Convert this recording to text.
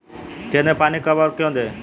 खेत में पानी कब और क्यों दें?